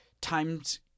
times